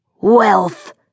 Wealth